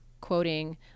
quoting